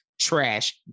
Trash